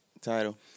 title